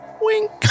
wink